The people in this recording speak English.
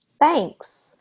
Thanks